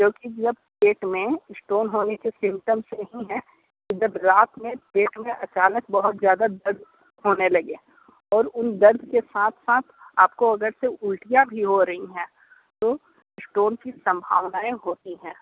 क्योंकि जब पेट में स्टोन होने से सिमटम्स नहीं हैं तो जब रात में पेट में अचानक बहुत ज़्यादा दर्द होने लगे और उन दर्द के साथ साथ आपको अगर से उल्टियाँ भी हो रही हैं तो स्टोन की सम्भावनाएँ होती हैं